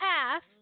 half